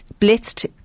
blitzed